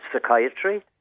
psychiatry